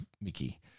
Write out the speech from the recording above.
Mickey